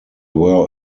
were